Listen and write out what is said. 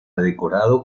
decorado